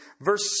Verse